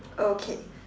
okay